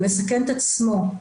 שמסכן את עצמו,